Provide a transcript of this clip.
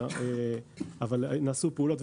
אבל נעשו פעולות.